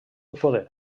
poder